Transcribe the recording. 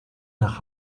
nach